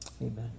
Amen